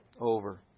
over